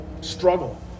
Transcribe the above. struggle